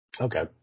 Okay